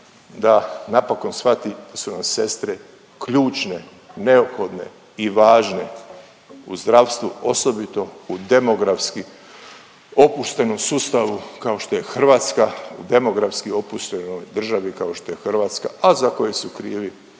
da napokon shvati da su nam sestre ključne, neophodne i važne u zdravstvu osobito u demografski opuštenom sustavu kao što je Hrvatska, u demografski opuštenoj državi kao što je Hrvatska, a za koju krivi